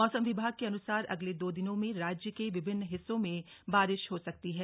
मौसम विभाग के अनुसार अगले दो दिनों में राज्य के विभिन्न हिस्सों में बारिश हो सकती है